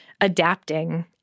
adapting